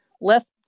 left